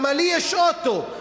לי יש אוטו,